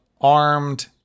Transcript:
armed